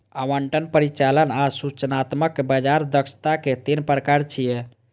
आवंटन, परिचालन आ सूचनात्मक बाजार दक्षताक तीन प्रकार छियै